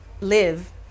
live